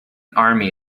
army